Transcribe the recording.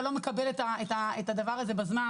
אתה לא מקבל את הדבר הזה בזמן.